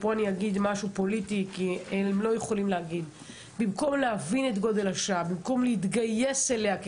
את זה ובמקום להבין את גודל השעה ובמקום להתגייס למשימה...